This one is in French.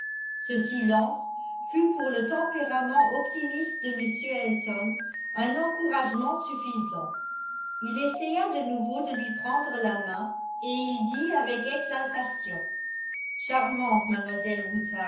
ce silence fut pour le tempérament optimiste de m elton un encouragement suffisant il essaya de nouveau de lui prendre la main et il dit avec exaltation charmante mademoiselle